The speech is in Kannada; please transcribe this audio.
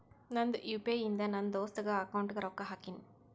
ನಂದ್ ಯು ಪಿ ಐ ಇಂದ ನನ್ ದೋಸ್ತಾಗ್ ಅಕೌಂಟ್ಗ ರೊಕ್ಕಾ ಹಾಕಿನ್